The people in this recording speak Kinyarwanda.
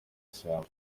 ishyamba